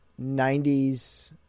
90s